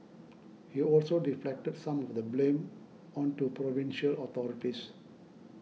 he also deflected some of the blame onto provincial authorities